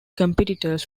competitors